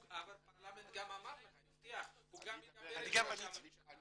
חבר הפרלמנט גם הבטיח שידבר עם ראש הממשלה.